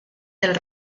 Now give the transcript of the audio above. del